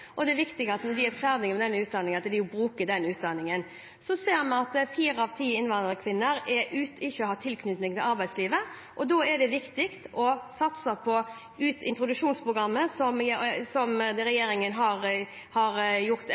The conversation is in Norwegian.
og det er viktig at de bruker den utdanningen når de er ferdig med den. Så ser vi at fire av ti innvandrerkvinner ikke har tilknytning til arbeidslivet. Da er det viktig å satse på introduksjonsprogrammet, som regjeringen har gjort